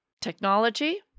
technology